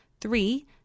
Three